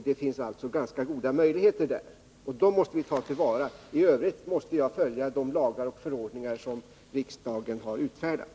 Där finns det alltså ganska goda möjligheter, och dem måste vi ta till vara. I övrigt måste jag följa de lagar och förordningar som riksdagen har utfärdat.